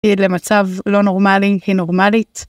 למצב לא נורמלי, היא נורמלית.